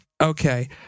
okay